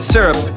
Syrup